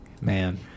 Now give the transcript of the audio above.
man